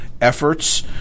efforts